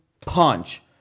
punch